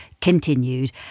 continued